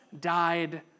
died